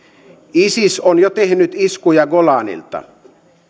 isis on jo tehnyt iskuja golanilta